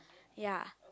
ya